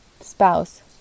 spouse